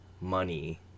money